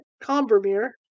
Combermere